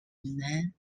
non